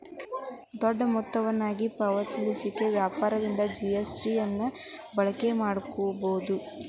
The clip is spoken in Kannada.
ದೊಡ್ಡ ಮೊತ್ತವನ್ನು ಆಗಿಂದಾಗ ಪಾವತಿಸಲಿಕ್ಕೆ ವ್ಯಾಪಾರದಿಂದ ಆರ್.ಟಿ.ಜಿ.ಎಸ್ ಅನ್ನ ಬಳಕೆ ಮಾಡಬಹುದು